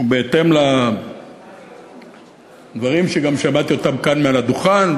ובהתאם לדברים שגם שמעתי כאן מעל הדוכן,